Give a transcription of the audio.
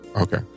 Okay